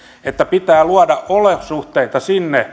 että pitää luoda olosuhteita